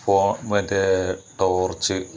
ഫോ മറ്റേ ടോര്ച്ച്